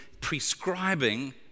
prescribing